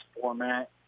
format